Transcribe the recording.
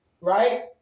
Right